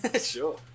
Sure